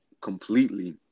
completely